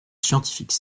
scientifique